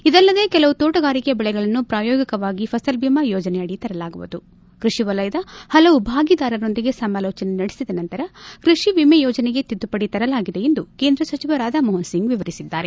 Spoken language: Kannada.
ಇದಲ್ಲದೇ ಕೆಲವು ತೋಟಗಾರಿಕೆ ಬೆಳೆಗಳನ್ನು ಪ್ರಾಯೋಗಿಕವಾಗಿ ಫಸಲ್ಬಿಮಾ ಯೋಜನೆಯಡಿ ತರಲಾಗುವುದು ಕೃಷಿ ವಲಯದ ಪಲವು ಭಾಗೀದಾರರೊಂದಿಗೆ ಸಮಾಲೋಜನೆ ನಡೆಸಿದ ನಂತರ ಕೃಷಿ ವಿಮೆ ಯೋಜನೆಗೆ ತಿದ್ದುಪಡಿ ತರಲಾಗಿದೆ ಎಂದು ಕೇಂದ್ರ ಸಚಿವ ರಾಧಮೋಹನ್ ಸಿಂಗ್ ವಿವರಿಸಿದ್ದಾರೆ